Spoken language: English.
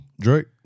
Drake